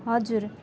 हजुर